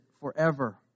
forever